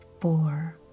Four